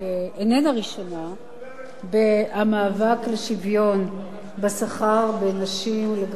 במאבק לשוויון בשכר בין נשים לגברים במשק.